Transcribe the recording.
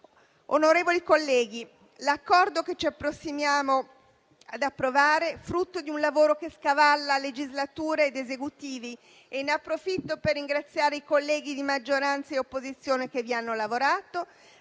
Onorevoli colleghi, l'Accordo che ci apprestiamo ad approvare, frutto di un lavoro che scavalla legislature ed Esecutivi - ne approfitto per ringraziare i colleghi di maggioranza e opposizione che vi hanno lavorato